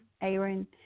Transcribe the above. Aaron